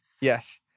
Yes